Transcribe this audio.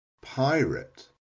Pirate